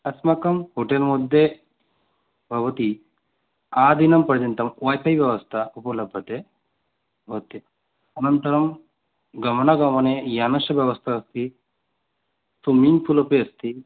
अस्माकं होटेल् मध्ये भवती आदिनं पर्यन्तम् वै फ़ै व्यवस्था उपलभ्यते भवती अनन्तरं गमनागमने यानस्य व्यवस्था अस्ति स्विमिङ्ग् पूल् अपि अस्ति